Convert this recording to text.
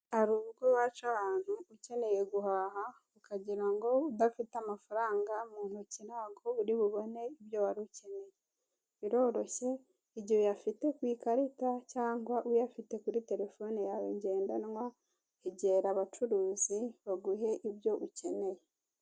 Hari ubwo waca ahantu ukeneye guhaha, ukagira ngo udafite amafaranga mu ntoki ntabwo uri bubone ibyo warukeneye. Biroroshye, igihe uyafite ku ikarita cyangwa uyafite kuri telefone yawe njyendanwa, egera abacuruzi baguhe ibyo ukeneye.